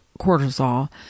cortisol